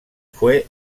fue